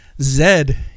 Zed